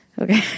okay